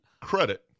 credit